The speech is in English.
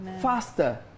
faster